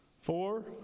four